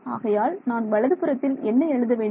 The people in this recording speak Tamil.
ஆகையால் நான் வலதுபுறத்தில் என்ன எழுத வேண்டும்